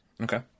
okay